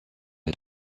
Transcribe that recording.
les